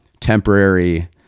Temporary